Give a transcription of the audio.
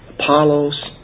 Apollos